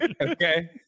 Okay